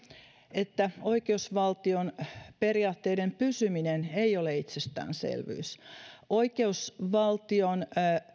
että oikeusvaltion periaatteiden pysyminen ei ole itsestäänselvyys oikeusvaltion